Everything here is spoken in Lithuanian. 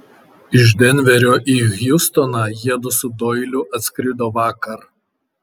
iš denverio į hjustoną jiedu su doiliu atskrido vakar